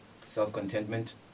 self-contentment